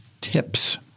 tips